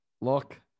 Look